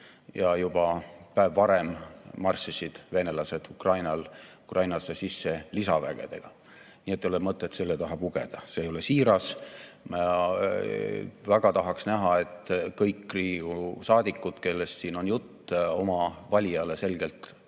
Juba päev varem marssisid venelased Ukrainasse sisse lisavägedega. Nii et ei ole mõtet selle taha pugeda, see ei ole siiras. Ma väga tahaks näha, et kõik Riigikogu saadikud, kellest siin on juttu, ütleksid oma valijale selgelt